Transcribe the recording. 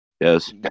Yes